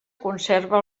conserva